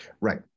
right